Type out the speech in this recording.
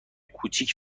کوچیک